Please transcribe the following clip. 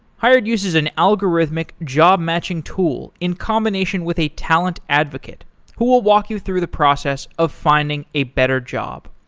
hired uses an algorithmic job-matching tool in combination with a talent advocate who will walk you through the process of finding a better job.